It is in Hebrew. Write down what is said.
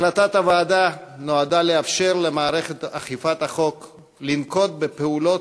החלטת הוועדה נועדה לאפשר למערכת אכיפת החוק לנקוט פעולות